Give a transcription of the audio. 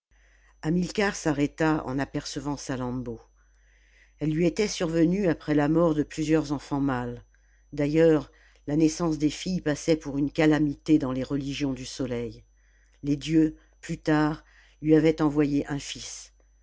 hamilcar s'arrêta en apercevant salammbô elle lui était survenue après la iiort de plusieurs enfants mâles d'ailleurs la naissance des filles passait pour une calamité dans les religions du soleil les dieux plus tard lui avaient envoyé un fils